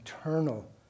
eternal